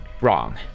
wrong